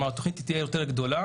כלומר, התוכנית תהיה יותר גדולה,